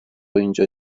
oyuncu